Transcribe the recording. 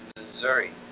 Missouri